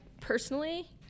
personally